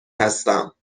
هستم